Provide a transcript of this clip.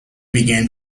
began